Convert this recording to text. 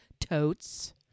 totes